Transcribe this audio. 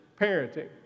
parenting